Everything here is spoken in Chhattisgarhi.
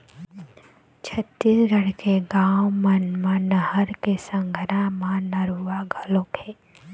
छत्तीसगढ़ के गाँव मन म नहर के संघरा म नरूवा घलोक हे